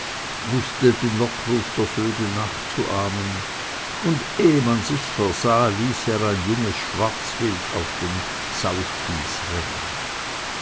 wußte den lockruf der vögel nachzuahmen und ehe man sich's versah ließ er ein junges schwarzwild auf den sauspieß rennen